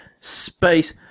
Space